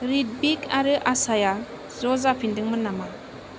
रिटभिक आरो आसाया ज' जाफिन्दोंमोन नामा